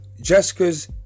Jessica's